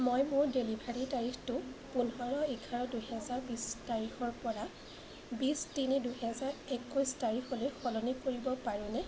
মই মোৰ ডেলিভাৰীৰ তাৰিখটো পোন্ধৰ এঘাৰ দুহেজাৰ বিছ তাৰিখৰপৰা বিছ তিনি দুহেজাৰ একৈছ তাৰিখলৈ সলনি কৰিব পাৰোঁনে